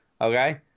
okay